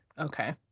Okay